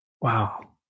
wow